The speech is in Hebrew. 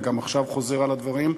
וגם עכשיו חוזר על הדברים,